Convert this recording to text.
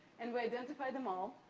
and we identified them all.